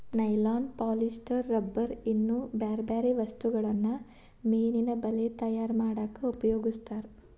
nylon polyester rubber ಇನ್ನೂ ಬ್ಯಾರ್ಬ್ಯಾರೇ ವಸ್ತುಗಳನ್ನ ಮೇನಿನ ಬಲೇ ತಯಾರ್ ಮಾಡಕ್ ಉಪಯೋಗಸ್ತಾರ